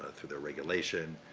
through their regulation,